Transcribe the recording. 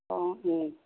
अह ओम